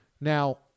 Now